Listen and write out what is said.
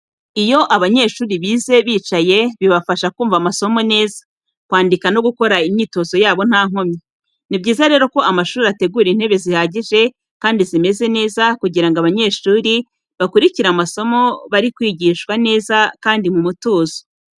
Iyo abanyeshuri bize bicaye, bibafasha kumva amasomo neza, kwandika no gukora imyitozo yabo nta nkomyi. Ni byiza rero ko amashuri ategura intebe zihagije, kandi zimeze neza kugira ngo abanyeshuri bakurikire amasomo bari kwigishwa neza kandi mu mutuzo.